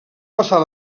passar